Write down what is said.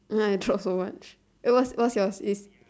then I drop so much eh what's what's yours is